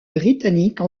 britannique